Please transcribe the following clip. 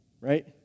right